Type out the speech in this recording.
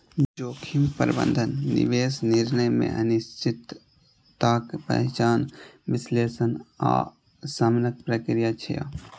जोखिम प्रबंधन निवेश निर्णय मे अनिश्चितताक पहिचान, विश्लेषण आ शमनक प्रक्रिया छियै